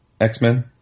X-Men